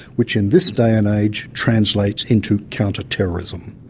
which in this day and age translates into counterterrorism.